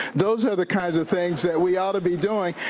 those are the kinds of things that we ought to be doing.